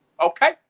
okay